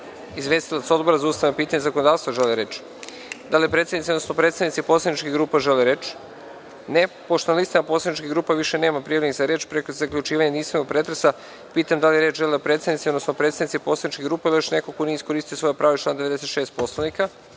izvestilac Odbora za ustavna pitanja i zakonodavstvo želi reč? (Ne)Da li predsednici, odnosno predstavnici poslaničkih grupa žele reč? (Ne)Pošto na listama poslaničkih grupa nema prijavljenih za reč, pre zaključivanja jedinstvenog pretresa, pitam da li žele reč predsednici, odnosno predstavnici poslaničkih grupa ili još neko ko nije iskoristio svoje pravo iz člana 96. Poslovnika?